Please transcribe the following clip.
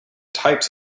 types